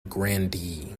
grandee